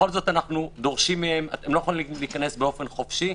בכל זאת לא יכולים להיכנס באופן חופשי,